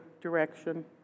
direction